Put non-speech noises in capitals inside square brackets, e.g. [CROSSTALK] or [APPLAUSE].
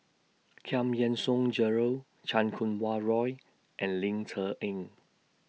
[UNINTELLIGIBLE] Yean Song Gerald Chan Kum Wah Roy and Ling Cher Eng